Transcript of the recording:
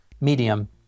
medium